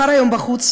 קר היום בחוץ,